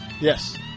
Yes